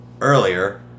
earlier